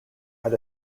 had